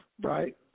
right